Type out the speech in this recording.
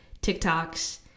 TikToks